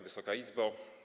Wysoka Izbo!